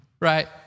Right